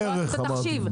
בערך, אמרתי.